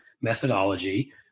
methodology